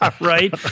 Right